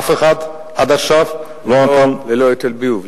אף אחד עד עכשיו לא נתן, ללא היטל ביוב.